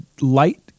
light